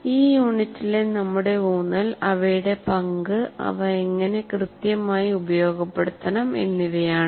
ഈ യൂണിറ്റിലെ നമ്മുടെ ഊന്നൽ അവയുടെ പങ്ക് അവ എങ്ങനെ കൃത്യമായി ഉപയോഗപ്പെടുത്തണം എന്നിവയാണ്